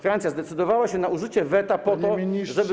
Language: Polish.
Francja zdecydowała się na użycie weta po to, żeby.